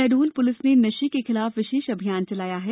Shahdol police ने नशे के खिलाफ विशेष अभियान चलाया है